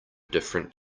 different